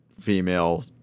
female